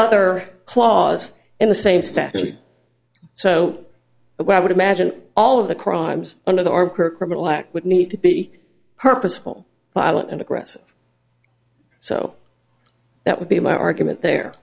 other clause in the same status so i would imagine all of the crimes under the arc or criminal act would need to be purposeful violent and aggressive so that would be my argument there